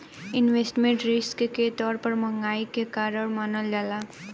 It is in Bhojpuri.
इन्वेस्टमेंट रिस्क के तौर पर महंगाई के कारण मानल जाला